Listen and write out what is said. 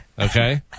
Okay